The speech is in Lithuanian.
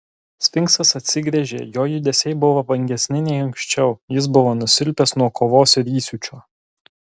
sfinksas atsigręžė jo judesiai buvo vangesni nei anksčiau jis buvo nusilpęs nuo kovos ir įsiūčio